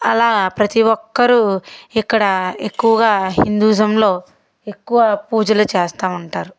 అలా ప్రతిఒక్కరు ఇక్కడ ఎక్కువగా హిందూజంలో ఎక్కువ పూజలు చేేస్తూ ఉంటారు